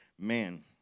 man